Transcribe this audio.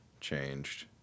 changed